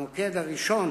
המוקד הראשון